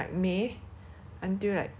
then 他们关掉那个户口